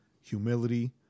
humility